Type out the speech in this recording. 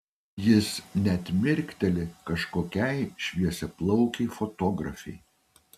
jis net mirkteli kažkokiai šviesiaplaukei fotografei